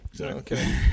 Okay